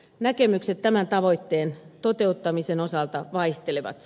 näkemykset tämän tavoitteen toteuttamisen osalta vaihtelevat